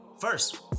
First